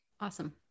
Awesome